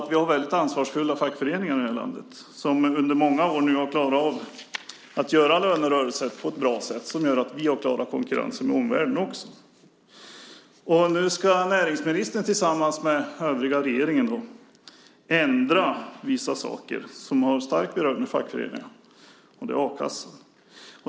Vi har väldigt ansvarsfulla fackföreningar i det här landet som under många år har klarat av att göra lönerörelser på ett bra sätt, vilket har gjort att vi också klarat konkurrensen med omvärlden. Nu ska näringsministern tillsammans med övriga regeringen ändra vissa saker som har stark beröring med fackföreningarna, och det är a-kassan.